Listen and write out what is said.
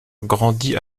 grandit